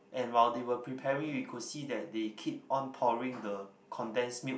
and while they were preparing we could see that they keep on pouring the condensed milk